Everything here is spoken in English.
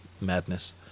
madness